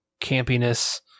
campiness